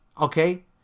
Okay